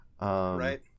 right